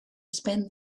spend